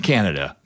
Canada